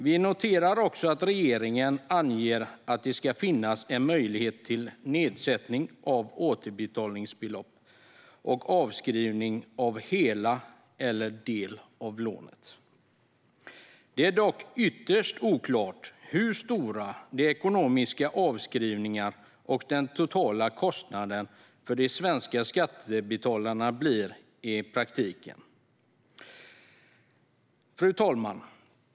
Vi noterar också att regeringen anger att det ska finnas en möjlighet till nedsättning av återbetalningsbelopp och avskrivning av hela eller del av lånet. Det är dock ytterst oklart hur stora de ekonomiska avskrivningarna och den totala kostnaden för de svenska skattebetalarna blir i praktiken. Fru talman!